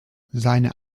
seine